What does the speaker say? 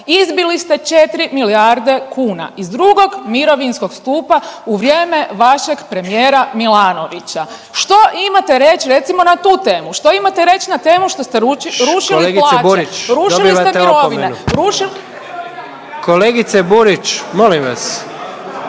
izbili ste 4 milijarde kuna iz drugog mirovinskog stupa u vrijeme vašeg premijera Milanovića. Što imate reći recimo na tu temu? Što imate reći na temu što ste rušili plaće? **Jandroković, Gordan (HDZ)** Kolegice Burić dobivate opomenu. Kolegice Burić, molim vas.